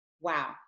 Wow